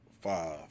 five